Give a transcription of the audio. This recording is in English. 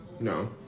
No